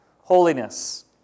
Holiness